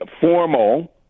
formal